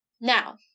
Now